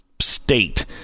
state